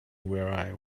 where